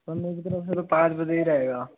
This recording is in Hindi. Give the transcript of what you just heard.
सर मेरी तरफ से तो पाँच बजे ही रहेगा